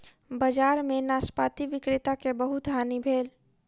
बजार में नाशपाती विक्रेता के बहुत हानि भेल